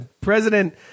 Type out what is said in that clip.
President